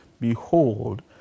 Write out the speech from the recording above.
behold